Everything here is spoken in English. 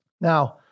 Now